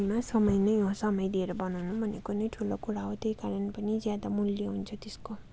समयमा समय नै समय दिएर बनाउनु भनेको नै ठुलो कुरा हो त्यही कारण पनि ज्यादा मूल्य हुन्छ त्यसको